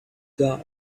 guy